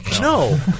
No